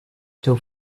still